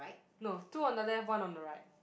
no two on the left one on the right